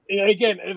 Again